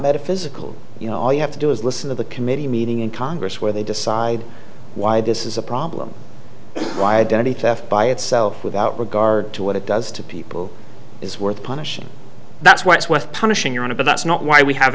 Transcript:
metaphysical you know all you have to do is listen to the committee meeting in congress where they decide why this is a problem why identity theft by itself without regard to what it does to people is worth punishing that's what's worth punishing your honor but that's not why we have